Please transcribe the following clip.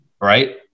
Right